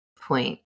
point